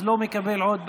אז אני לא מקבל עוד בקשות.